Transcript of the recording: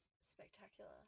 spectacular